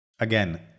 Again